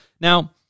Now